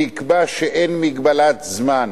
תקבע שאין מגבלת זמן.